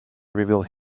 revealed